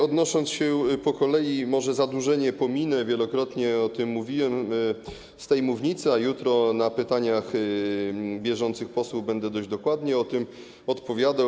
Odnosząc się po kolei, może zadłużenie pominę, wielokrotnie o tym mówiłem z tej mównicy, a jutro podczas pytań bieżących posłów będę dość dokładnie odpowiadał.